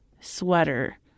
sweater